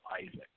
Isaac